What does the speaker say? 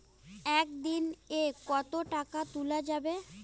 একদিন এ কতো টাকা তুলা যাবে?